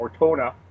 Ortona